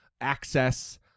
access